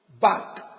back